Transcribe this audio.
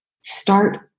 start